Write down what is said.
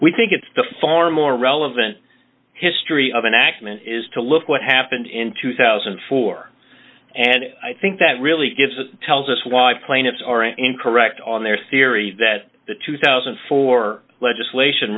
we think it's the far more relevant history of an accident is to look what happened in two thousand and four and i think that really gives the tells us why plaintiffs are and correct on their theory that the two thousand and four legislation